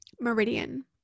meridian